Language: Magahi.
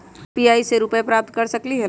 यू.पी.आई से रुपए प्राप्त कर सकलीहल?